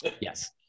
yes